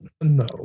No